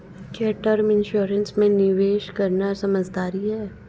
क्या term insurance में निवेश करना समझदारी है?